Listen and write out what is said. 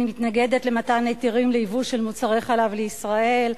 אני מתנגדת למתן היתרים לייבוא של מוצרי חלב מחו"ל לישראל.